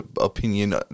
opinion